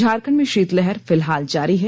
झारखंड में शीतलहर फिलहाल जारी है